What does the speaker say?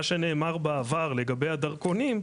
מה שנאמר בעבר לגבי הדרכונים,